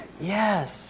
Yes